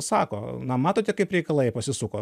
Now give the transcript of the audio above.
sako na matote kaip reikalai pasisuko